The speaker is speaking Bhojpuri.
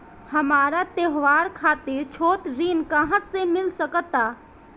हमरा त्योहार खातिर छोट ऋण कहाँ से मिल सकता?